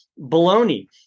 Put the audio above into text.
baloney